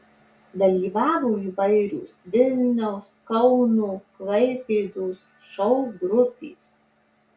dalyvavo įvairios vilniaus kauno klaipėdos šou grupės